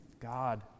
God